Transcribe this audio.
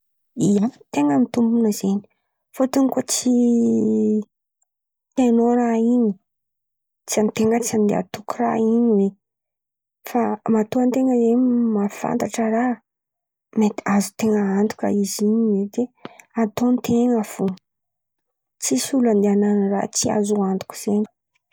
Ia, ten̈a mitombina zen̈y fôtony koa tsy hainô raha in̈y, tsy an-ten̈a tsy an-ten̈a atoky raha in̈y oe. Fa matoa an-ten̈a zen̈y mahafantatra raha mety azon-ten̈a antoka izy in̈y mety ataon-ten̈a fo tsisy olo andeha an̈ano raha tsy azo antoko zen̈y.